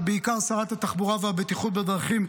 ובעיקר שרת התחבורה והבטיחות בדרכים,